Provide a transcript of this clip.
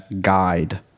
guide